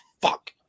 fuck